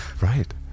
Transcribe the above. right